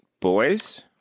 Boys